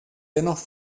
dennoch